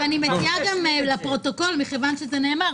ואני מציעה גם לפרוטוקול מכיוון שזה נאמר,